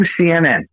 CNN